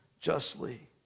justly